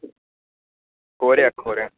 करुया करुया